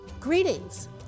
Greetings